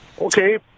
Okay